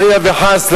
חלילה וחס,